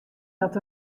dat